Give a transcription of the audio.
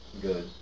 good